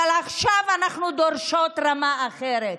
אבל עכשיו אנחנו דורשות רמה אחרת: